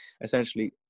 essentially